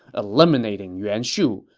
eliminating yuan shu,